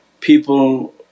people